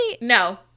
no